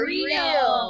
Real